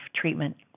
treatment